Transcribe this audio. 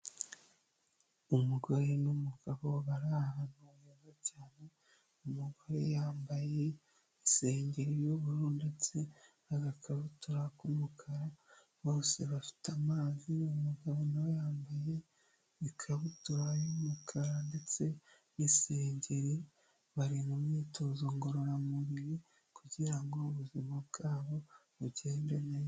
Umugore n'umugabo bari ahantu heza cyane, umugore yambaye isengeri y'ubururu ndetse agakabutura k'umukara. Bose bafite amazi, uwo mugabo nawe yambaye ikabutura y'umukara ndetse n'isengeri bari mu myitozo ngororamubiri kugira ngo ubuzima bwabo bugende neza.